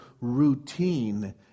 routine